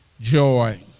joy